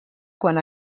quan